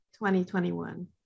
2021